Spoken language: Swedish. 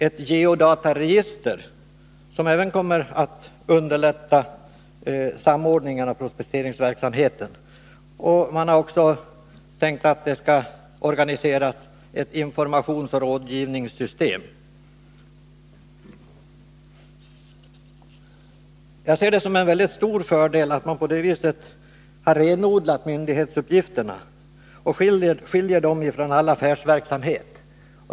Ett geodataregister skall byggas upp, som även kommer att underlätta samordningen av prospekteringsverksamheten. Man har också tänkt organisera ett informationsoch rådgivningssystem. Jag ser det som en mycket stor fördel att man på så sätt renodlar myndighetsuppgifterna och skiljer dem från all affärsverksamhet.